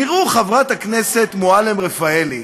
תראו, חברת הכנסת מועלם-רפאלי,